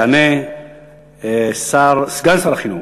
יענה סגן שר החינוך.